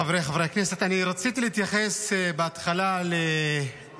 חבריי חברי הכנסת, רציתי להתייחס בהתחלה להצעה